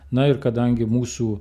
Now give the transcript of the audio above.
na ir kadangi mūsų